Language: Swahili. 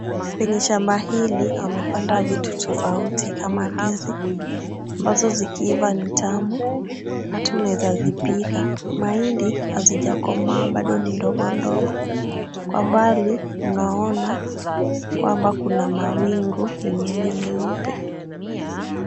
Kwenye shamba hili wamepanda vitu tofauti kama ndizi ambazo zikiiva ni tamu hata unaweza zipika. Mahindi hazijakomaa bado ni ndogondogo. Kwa mbali, tunaona kwamba kuna mawingu yenye ni nyeupe.